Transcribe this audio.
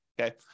Okay